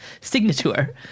Signature